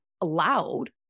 allowed